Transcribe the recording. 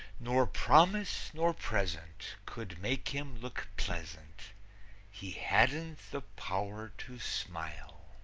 nor promise nor present could make him look pleasant he hadn't the power to smile.